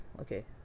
okay